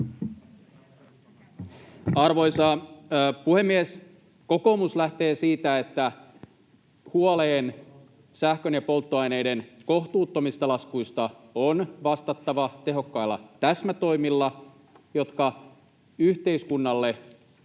Arvoisa puhemies! Kokoomus lähtee siitä, että huoleen sähkön ja polttoaineiden kohtuuttomista laskuista on vastattava tehokkailla täsmätoimilla, jotka yhteiskunnalle